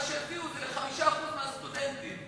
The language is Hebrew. מה שהביאו זה ל-5% מהסטודנטים,